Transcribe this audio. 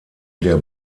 der